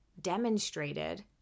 demonstrated